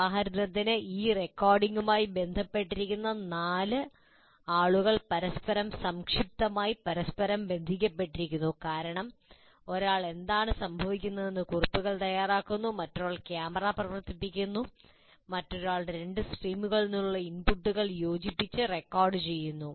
ഉദാഹരണത്തിന് ഈ റെക്കോർഡിംഗുമായി ബന്ധപ്പെട്ടിരിക്കുന്ന നാല് ആളുകൾ പരസ്പരം സംക്ഷിപ്തമായി പരസ്പരം ബന്ധപ്പെട്ടിരിക്കുന്നു കാരണം ഒരാൾ എന്താണ് സംഭവിക്കുന്നതെന്ന് കുറിപ്പുകൾ തയ്യാറാക്കുന്നു മറ്റൊരാൾ ക്യാമറ പ്രവർത്തിപ്പിക്കുന്നു മറ്റൊരാൾ രണ്ട് സ്ട്രീമുകളിൽ നിന്നുള്ള ഇൻപുട്ടുകൾ സംയോജിപ്പിച്ച് റെക്കോർഡുചെയ്യുന്നു